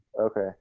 Okay